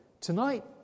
Tonight